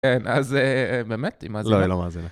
כן, אז באמת, היא מאזינה, לא היא לא מאזינה